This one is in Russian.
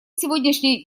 сегодняшней